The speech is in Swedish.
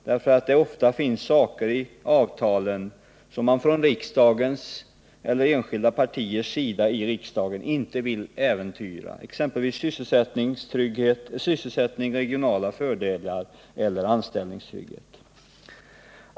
Det finns ofta saker i avtalen som man från riksdagens sida eller från enskilda partier i riksdagen inte vill äventyra — exempelvis sysselsättning, regionala fördelar eller anställningstrygghet.